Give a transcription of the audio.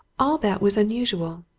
all that was unusual.